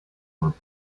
were